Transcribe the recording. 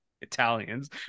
Italians